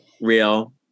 Real